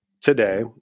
today